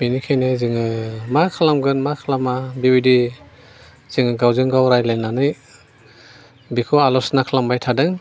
बिनिखायनो जोङो मा खालामगोन मा खालामा बेबादि जोङो गावजों गाव रायज्लायनानै बेखौ आल'सना खालामबाय थांदों